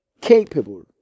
capable